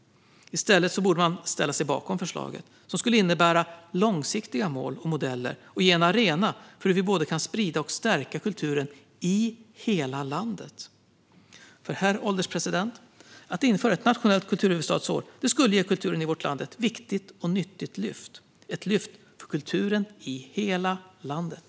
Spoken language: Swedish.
I stället borde man ställa sig bakom förslaget, som skulle innebära långsiktiga mål och modeller och ge en arena för hur vi kan både sprida och stärka kulturen i hela landet. Herr ålderspresident! Att införa ett nationellt kulturhuvudstadsår skulle ge kulturen i vårt land ett viktigt och nyttigt lyft för kulturen i hela landet.